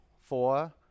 four